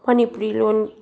Manipuri ꯂꯣꯟ